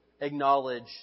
acknowledge